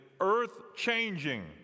earth-changing